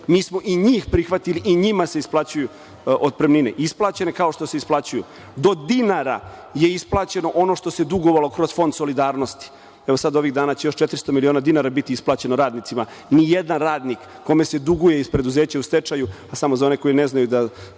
mi smo i njih prihvatili i njima se isplaćuju otpremnine, isplaćene kao što se isplaćuju. Do dinara je isplaćeno ono što se dugovalo kroz Fond solidarnosti. Evo sad ovih dana će još 400 miliona dinara biti isplaćeno radnicima. Nijedan radnik kome se duguje iz preduzeća u stečaju, a samo za one koji ne znaju da